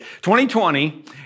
2020